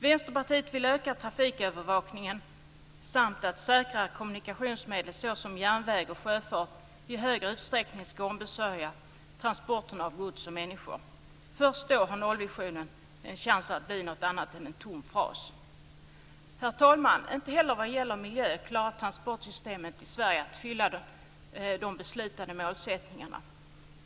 Vänsterpartiet vill öka trafikövervakningen, samt att säkrare kommunikationsmedel såsom järnväg och sjöfart i större utsträckning ska ombesörja transporterna av gods och människor. Först då har nollvisionen en chans att bli någon annat än en tom fras. Herr talman! Inte heller vad gäller miljön klarar transportsystemet i Sverige att uppfylla de beslutade målsättningarna.